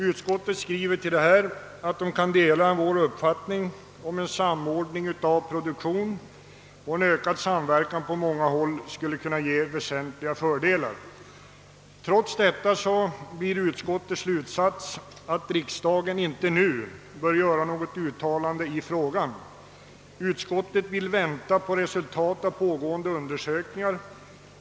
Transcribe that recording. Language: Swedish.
Utskottet skriver härom: »Utskottet kan dela uppfattningen att en samordning av produktionen och en ökad samverkan på många håll skulle kunna ge väsentliga fördelar.» Trots detta blir dock utskottets slutsats att riksdagen inte nu bör göra något uttalande i frågan. Utskottet vill vänta på resultaten av pågående undersökningar.